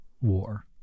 war